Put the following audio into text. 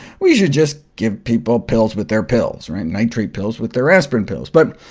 we should just give people pills with their pills, right? nitrate pills with their aspirin pills. but,